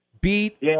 beat